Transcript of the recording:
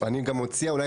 אני גם מציע: אולי,